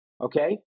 Okay